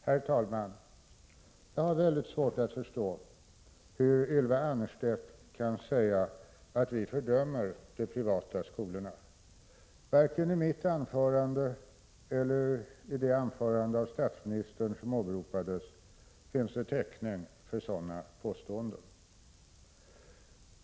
Herr talman! Jag har väldigt svårt att förstå hur Ylva Annerstedt kan säga att vi fördömer de privata skolorna. Varken i mitt anförande eller i det anförande av statsministern som åberopades finns det täckning för sådana påståenden.